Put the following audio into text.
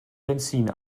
benzin